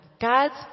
God's